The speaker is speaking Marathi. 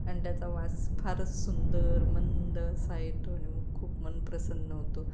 आणि त्याचा वास फारच सुंदर मंद असा येतो आणि मग खूप मन प्रसन्न होतो